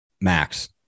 Max